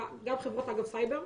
גם חברות סייבר,